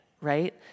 right